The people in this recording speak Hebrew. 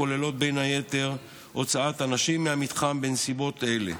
הכוללות בין היתר הוצאת אנשים מהמתחם בנסיבות אלה.